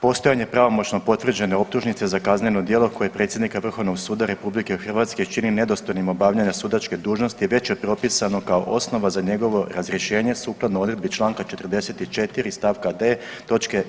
Postojanje pravomoćno potvrđene optužnice za kazneno djelo koje predsjednika Vrhovnog suda RH čini nedostojnim obavljanja sudačke dužnosti je već propisano kao osnova za njegovo razrješenje sukladno odredbi čl. 44. st. d), toč.